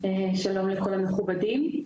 שלום לכל המכובדים.